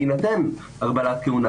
בהינתן הגבלת כהונה,